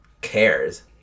cares